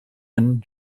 and